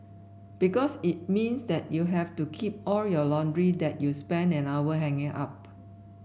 because it means that you have to keep all your laundry that you spent an hour hanging up